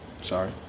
Sorry